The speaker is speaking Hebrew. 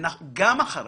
הציבור,